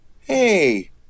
Hey